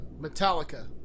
Metallica